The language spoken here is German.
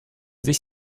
sich